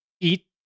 eat